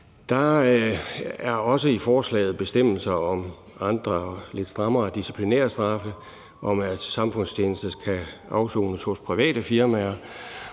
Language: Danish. Der er også i forslaget bestemmelser om andre lidt strammere disciplinærstraffe, at samfundstjeneste kan afsones hos private firmaer,